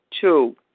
two